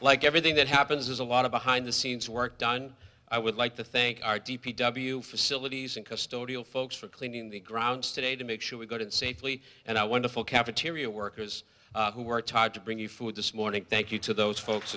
like everything that happens is a lot of behind the scenes work done i would like to thank our d p w facilities and custodial folks for cleaning the grounds today to make sure we got it safely and i wonderful cafeteria workers who are tired to bring you food this morning thank you to those folks